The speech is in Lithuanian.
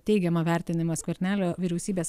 teigiamą vertinimą skvernelio vyriausybės